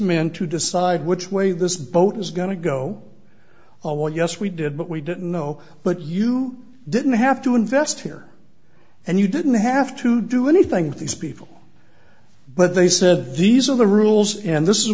men to decide which way this boat is going to go oh yes we did but we didn't know but you didn't have to invest here and you didn't have to do anything with these people but they said these are the rules and this is